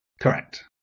Correct